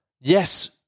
Yes